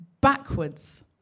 backwards